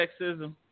sexism